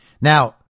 Now